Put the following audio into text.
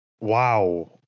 wow